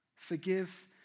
Forgive